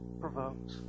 provoked